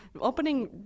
Opening